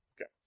Okay